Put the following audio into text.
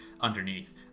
underneath